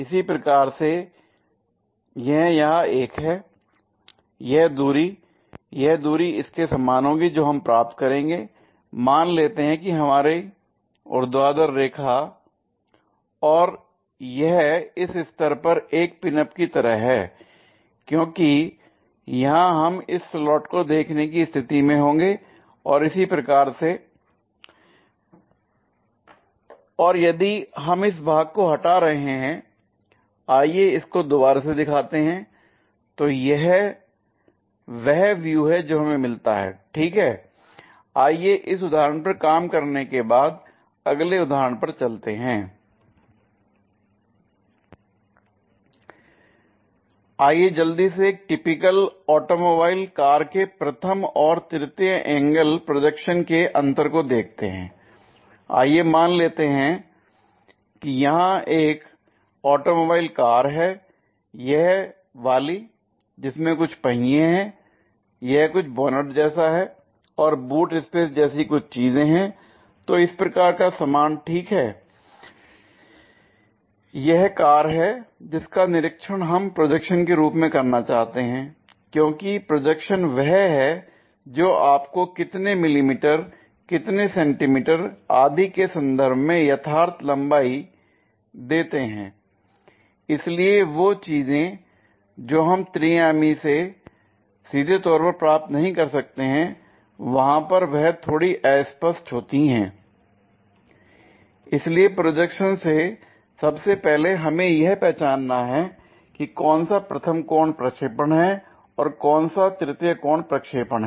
इसी प्रकार से यह यहां एक है l यह दूरी यह दूरी इसके समान होगी जो हम प्राप्त करेंगे मान लेते हैं कि हमारी ऊर्ध्वाधर रेखा l और यह इस स्तर पर एक पिन अप की तरह है क्योंकि यहां हम इस स्लॉट को देखने की स्थिति में होंगे और इसी प्रकार से l और यदि हम इस भाग को हटा रहे हैं आइए इसको दोबारा से दिखाते हैं तो यह है वह व्यू है जो हमें मिलता है ठीक है l आइए इस उदाहरण पर काम करने के बाद अगले उदाहरण पर चलते हैं l आइए जल्दी से एक टिपिकल ऑटोमोबाइल कार के प्रथम और तृतीय एंगल प्रोजेक्शन के अंतर को देखते हैं l आइए मान लेते हैं यहां एक ऑटोमोबाइल कार है यह वाली वह जिसमें कुछ पहिए हैं कुछ बोनट जैसा है और बूट स्पेस जैसी कुछ चीजें हैं तो इस प्रकार का सामान ठीक है l यह कार है जिसका निरीक्षण हम प्रोजेक्शन के रूप में करना चाहते हैं क्योंकि प्रोजेक्शन वह है जो आपको कितने मिलीमीटर कितने सेंटीमीटर आदि के संदर्भ में यथार्थ लंबाई देते हैं इसलिए वो चीजें जो हम त्रिआयामी से सीधे तौर पर प्राप्त नहीं कर सकते हैं क्योंकि वहां पर वह थोड़ी अस्पष्ट होती हैं l इसलिए प्रोजेक्शन से सबसे पहले हमें यह पहचानना है कि कौन सा प्रथम कोण प्रक्षेपण है और कौन सा तृतीय कोण प्रक्षेपण है